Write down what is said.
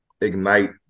ignite